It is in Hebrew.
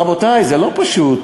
רבותי, זה לא פשוט,